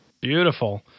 Beautiful